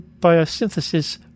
biosynthesis